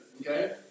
okay